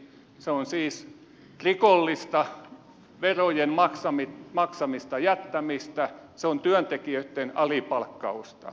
se on siis rikollista verojen maksamatta jättämistä se on työntekijöiden alipalkkausta